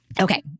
Okay